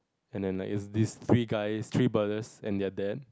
and then like it's like these three guys three brothers and they are dead